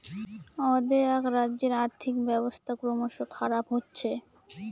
অ্দেআক রাজ্যের আর্থিক ব্যবস্থা ক্রমস খারাপ হচ্ছে